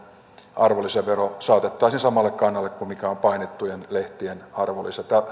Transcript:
arvonlisävero saatettaisiin samalle kannalle kuin mikä on painettujen lehtien arvonlisävero